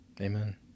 Amen